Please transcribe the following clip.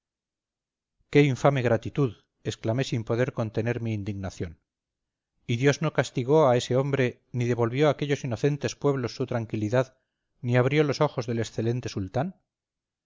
qué infame ingratitud exclamé sin poder contener mi indignación y dios no castigó a ese hombre ni devolvió a aquellos inocentes pueblos su tranquilidad ni abrió los ojos del excelente sultán